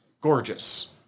gorgeous